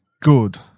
good